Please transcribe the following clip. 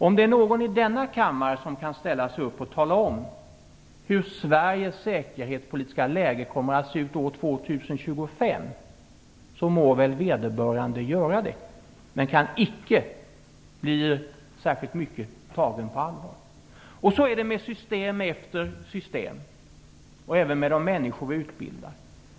Om det är någon i denna kammare som kan ställa sig upp och tala om hur Sveriges säkerhetspolitiska läge kommer att se ut år 2025 må väl vederbörande göra det, men kan icke bli särskilt mycket tagen på allvar. Så är det med system efter system, och även med de människor vi utbildar.